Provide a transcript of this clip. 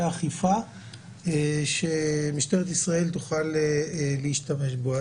האכיפה שמשטרת ישראל תוכל להשתמש בו.